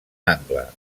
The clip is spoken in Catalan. angle